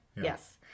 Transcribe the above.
yes